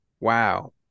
Wow